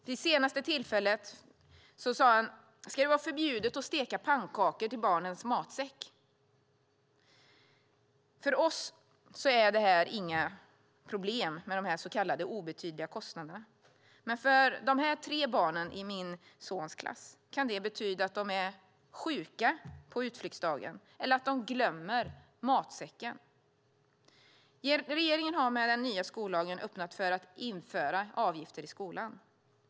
Vid det senaste tillfället sade han: Ska det vara förbjudet att steka pannkakor till barnens matsäck? För oss här är det inget problem med dessa så kallade obetydliga kostnader, men för de tre barnen i min sons klass kan det betyda att de är "sjuka" på utflyktsdagen eller att de "glömmer" matsäcken. Regeringen har med den nya skollagen öppnat för att införa avgifter i skolan.